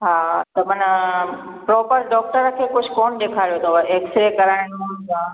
हा त माना प्रोपर डॉक्टर खे कुझु कोन ॾेखारियो अथव एक्सरे कराइणु छा